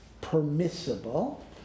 permissible